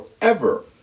Forever